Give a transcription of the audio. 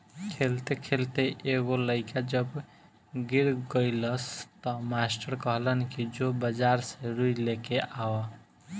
खेलते खेलते एगो लइका जब गिर गइलस त मास्टर कहलन कि जो बाजार से रुई लेके आवा